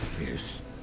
Yes